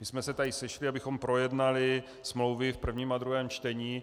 My jsme se tady sešli, abychom projednali smlouvy v prvním a druhém čtení.